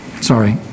Sorry